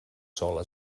sola